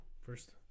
First